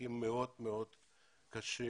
הדרכים הקשות.